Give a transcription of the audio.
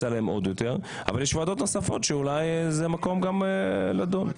עליהם עוד יותר אבל יש ועדות נוספות שאולי זה מקום לדון בזה.